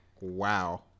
Wow